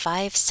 Five